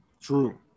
True